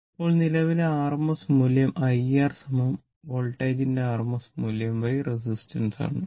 ഇപ്പോൾ നിലവിലെ RMS മൂല്യം IR വോൾട്ടേജിന്റെ rms മൂല്യംറെസിസ്റ്റൻസ് ആണ്